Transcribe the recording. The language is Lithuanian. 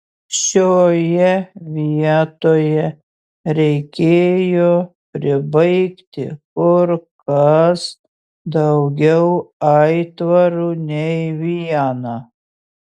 šioje vietoje reikėjo pribaigti kur kas daugiau aitvarų nei vieną